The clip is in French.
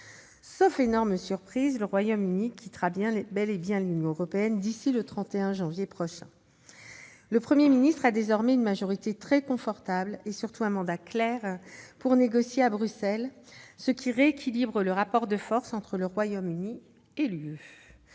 Sauf énorme surprise, le Royaume-Uni quittera bel et bien l'Union européenne d'ici au 31 janvier prochain. Le Premier ministre Johnson a désormais une majorité très confortable, et surtout un mandat clair pour négocier à Bruxelles, ce qui rééquilibre le rapport de force entre le Royaume-Uni et l'Union